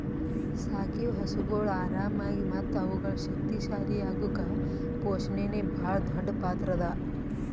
ಸಾಕಿವು ಹಸುಗೊಳ್ ಆರಾಮಾಗಿ ಮತ್ತ ಅವುಗಳು ಶಕ್ತಿ ಶಾಲಿ ಅಗುಕ್ ಪೋಷಣೆನೇ ಭಾಳ್ ದೊಡ್ಡ್ ಪಾತ್ರ ಅದಾ